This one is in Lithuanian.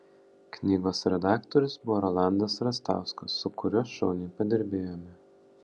knygos redaktorius buvo rolandas rastauskas su kuriuo šauniai padirbėjome